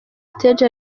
stage